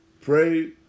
pray